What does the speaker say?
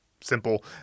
Simple